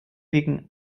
wegen